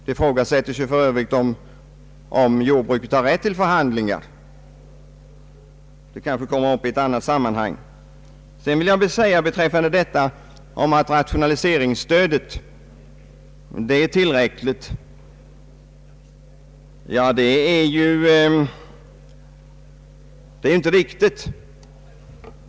Det ifrågasättes ju för Öövrigt om jordbruket har rätt till förhandlingar; detta kommer att tas upp i ett annat sammanhang. Vad beträffar rationaliseringsstödet är det inte riktigt att detta är tillräckligt.